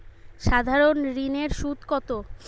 সাধারণ ঋণের সুদ কত?